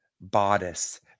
bodice